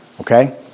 Okay